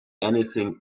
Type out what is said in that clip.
anything